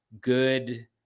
good